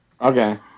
Okay